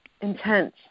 intense